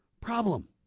problem